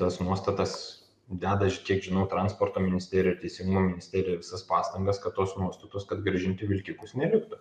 tas nuostatas deda aš kiek žinau transporto ministerija ir teisingumo ministerija visas pastangas kad tos nuostatos kad grąžinti vilkikus neliktų